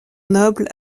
noble